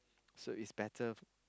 so it's better